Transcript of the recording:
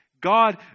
God